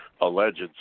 alleged